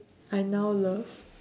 I now love